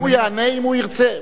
הוא יענה אם הוא ירצה,